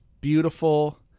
beautiful